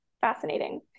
fascinating